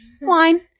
wine